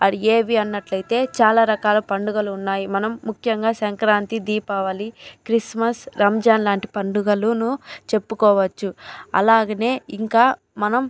అవి ఏవి అన్నట్లయితే చాలా రకాల పండగలు ఉన్నాయి మనం ముఖ్యంగా సంక్రాంతి దీపావళి క్రిస్మస్ రంజాన్ లాంటి పండుగలును చెప్పుకోవచ్చు అలాగనే ఇంకా మనం